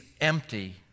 empty